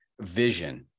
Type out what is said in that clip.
vision